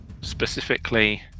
specifically